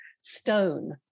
stone